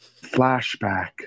flashback